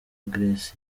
grace